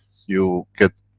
you get.